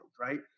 right